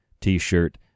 t-shirt